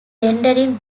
rendering